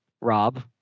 Rob